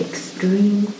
extreme